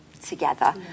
together